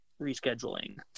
rescheduling